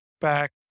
back